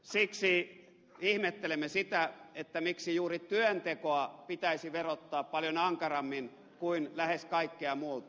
siksi ihmettelemme sitä miksi juuri työntekoa pitäisi verottaa paljon ankarammin kuin lähes kaikkea muuta